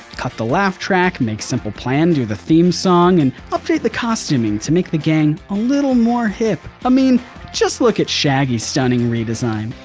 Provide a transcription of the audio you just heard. cut the laugh track, make simple plan do the theme song and update the costuming to make the gang a little more hip. i mean just look at shaggy's stunning redesign,